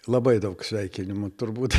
labai daug sveikinimų turbūt